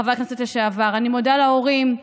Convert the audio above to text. חבר הכנסת לשעבר, אני מודה להורים,